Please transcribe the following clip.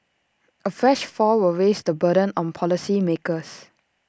A fresh fall will raise the burden on policymakers